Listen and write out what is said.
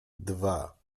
dwa